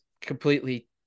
completely